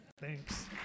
Thanks